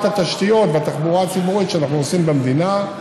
התשתיות והתחבורה הציבורית שאנחנו עושים במדינה,